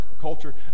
culture